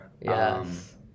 Yes